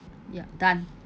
yup done